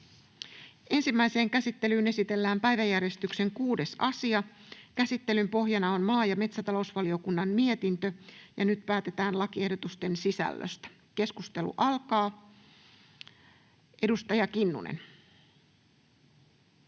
Ensimmäiseen käsittelyyn esitellään päiväjärjestyksen 6. asia. Käsittelyn pohjana on maa- ja metsätalousvaliokunnan mietintö MmVM 4/2021 vp. Nyt päätetään lakiehdotusten sisällöstä. — Edustaja Kinnunen.